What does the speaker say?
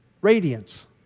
radiance